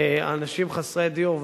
אנשים חסרי דיור,